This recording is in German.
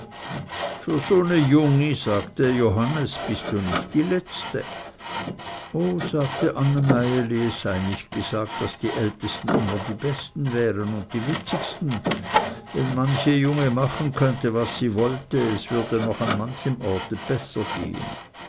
für son e jungi sagte johannes bist du nicht die letzte oh sagte anne meieli es sei nicht gesagt daß die ältesten immer die besten wären und die witzigsten wenn manche junge machen könnte was sie wollte es würde noch an manchem orte besser gehen